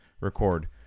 record